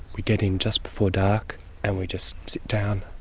we get in just before dark and we just sit down,